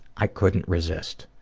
i couldn't resist.